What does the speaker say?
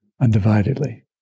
undividedly